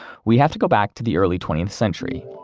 we have to go back to the early twentieth century,